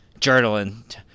Journaling